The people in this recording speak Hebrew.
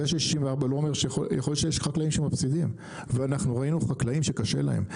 זה ש-64 יכול להיות שיש חקלאים שמפסידים ואנחנו ראינו חקלאים שקשה להם,